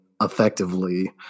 effectively